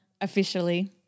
officially